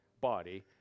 body